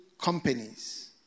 companies